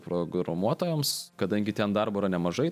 programuotojams kadangi ten darbo yra nemažai